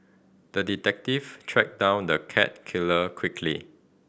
the detective tracked down the cat killer quickly